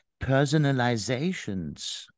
personalizations